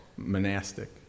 monastic